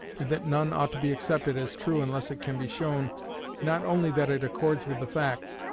and that none ought to be accepted as true unless it can be shown not only that it accords with the facts,